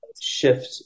shift